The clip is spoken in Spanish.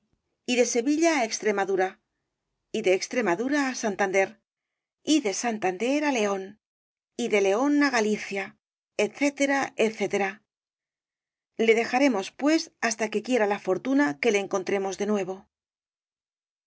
y de sevilla á rosalía de castro extremadura y de extremadura á santander y de santander á león y de león á galicia etc etc le dejaremos pues hasta que quiera la fortuna que le encontremos de nuevo el